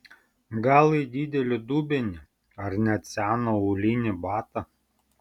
gal į didelį dubenį ar net seną aulinį batą